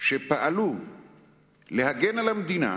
שפעלו להגן על המדינה,